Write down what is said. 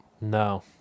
No